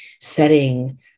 setting